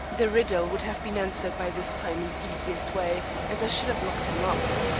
the riddle would have been answered by this time in the easiest way, as i should have locked him up.